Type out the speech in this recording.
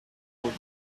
would